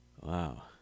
Wow